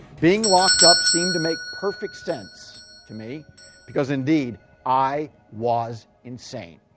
being locked up seemed to make perfect sense to me because indeed i was insane